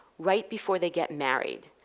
right before they get married.